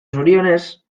zorionez